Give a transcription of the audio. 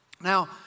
Now